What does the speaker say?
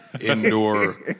indoor